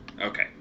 Okay